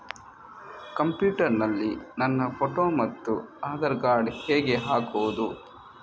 Computer ನಲ್ಲಿ ನನ್ನ photo ಮತ್ತು ಆಧಾರ್ ಕಾರ್ಡ್ ಹೇಗೆ ಹಾಕುವುದು?